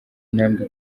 intambwe